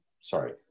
sorry